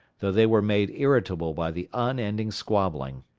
though they were made irritable by the unending squabbling.